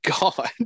God